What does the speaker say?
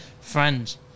friends